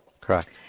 Correct